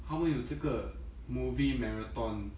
他们有这个 movie marathon